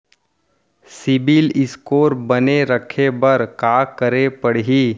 CIBIL score बने रखे बर का करे पड़ही?